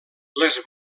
les